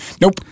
Nope